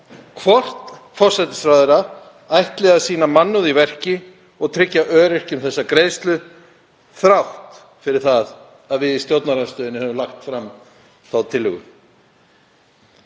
hvort forsætisráðherra ætli að sýna mannúð í verki og tryggja öryrkjum þessa greiðslu þrátt fyrir það að við í stjórnarandstöðunni höfum lagt fram þá tillögu.